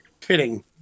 fitting